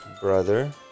brother